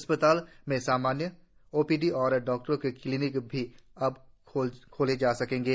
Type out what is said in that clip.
अस्पतालों में सामान्य ओपीडी और डॉक्टरों के क्लीनिक भी अब खोले जा सकेंगे